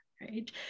Right